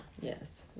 Yes